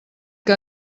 que